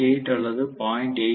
8 அல்லது 0